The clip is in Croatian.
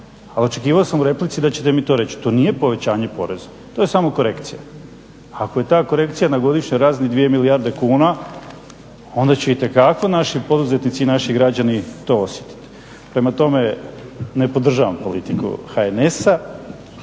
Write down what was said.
a očekivao sam u replici da ćete mi to reći, to nije povećanje poreza, to je samo korekcija. Ako je ta korekcija na godišnjoj razini 2 milijarde kuna onda će itekako naši poduzetnici i naši građani to osjetiti. Prema tome, ne podržavam politiku HNS-a